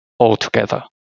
Altogether